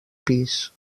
pis